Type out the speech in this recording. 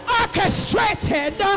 orchestrated